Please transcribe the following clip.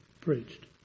preached